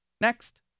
Next